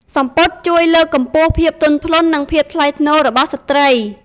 សំពត់ជួយលើកកម្ពស់ភាពទន់ភ្លន់និងភាពថ្លៃថ្នូររបស់ស្ត្រី។